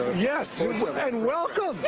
yes, and welcome!